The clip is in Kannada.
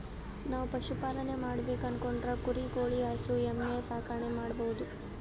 ನಾವ್ ಪಶುಪಾಲನೆ ಮಾಡ್ಬೇಕು ಅನ್ಕೊಂಡ್ರ ಕುರಿ ಕೋಳಿ ಹಸು ಎಮ್ಮಿ ಸಾಕಾಣಿಕೆ ಮಾಡಬಹುದ್